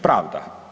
Pravda.